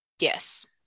Yes